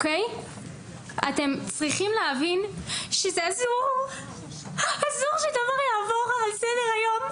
אתם צריכים להבין שאסור שהדבר יעבור לסדר היום,